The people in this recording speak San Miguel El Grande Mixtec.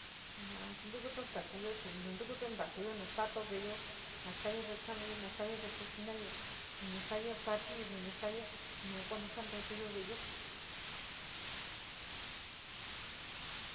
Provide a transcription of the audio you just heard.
Ja intokuto ntakuyo chí montokuto nta kuyo na staato veeyo, na staayo vele kanuyo, vele cocina yo, ni na staayo patíluyo nastayo santootuyo ve´eyo.